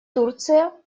турция